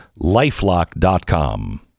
lifelock.com